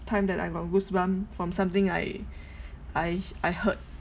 time that I got goosebump from something I I I heard